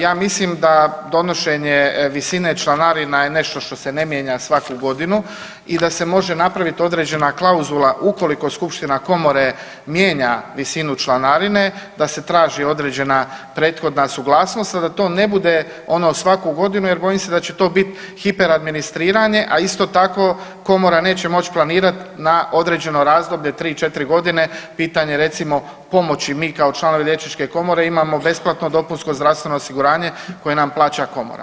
Ja mislim da donošenje visine članarina je nešto što se ne mijenja svaku godinu i da se može napraviti određena klauzula ukoliko skupština komore mijenja visinu članarine da se traži određena prethodna suglasnost, a da to ne bude ono svaku godinu jer bojim se da će to biti hiperadministriranje, a isto tko komora neće moći planirati na određeno razdoblje, 3, 4 godine, pitanje recimo pomoći mi kao članovi Liječničke komore imamo besplatno dopunsko zdravstveno osiguranje koje nam plaća komora.